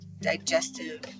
digestive